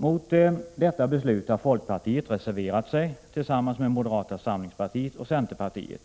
Mot detta beslut har folkpartiet reserverat sig tillsammans med moderata samlingspartiet och centerpartiet,